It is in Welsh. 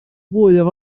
fwyaf